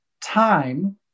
time